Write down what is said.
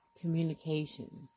communication